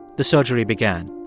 the surgery began.